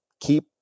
keep